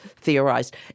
theorized